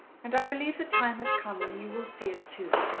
and i believe the time has come when you will see it too.